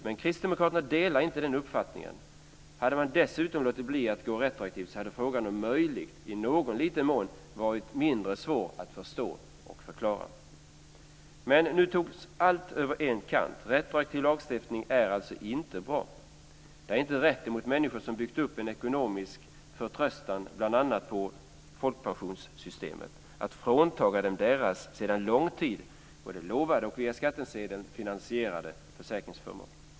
Men kristdemokraterna delar inte den uppfattningen. Hade man dessutom låtit bli att gå retroaktivt hade frågan om möjligt i någon liten mån varit mindre svår att förstå och förklara. Men nu togs allt över en kant. Retroaktiv lagstiftning är inte bra. Det är inte rätt emot människor, som har byggt upp en ekonomisk förtröstan bl.a. på folkpensionssystemet, att frånta dem deras sedan lång tid både lovade och via skattsedeln finansierade försäkringsförmån.